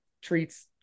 treats